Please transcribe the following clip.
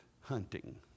hunting